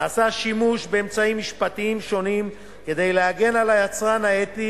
נעשה שימוש באמצעים משפטיים שונים כדי להגן על היצרן האתי